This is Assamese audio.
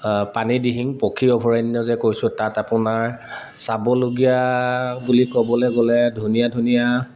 পানী দিহিং পক্ষী অভয়াৰণ্য যে কৈছোঁ তাত আপোনাৰ চাবলগীয়া বুলি ক'বলে গ'লে ধুনীয়া ধুনীয়া